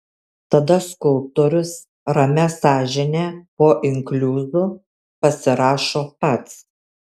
tada skulptorius ramia sąžine po inkliuzu pasirašo pats